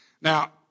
Now